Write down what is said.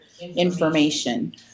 information